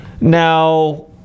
Now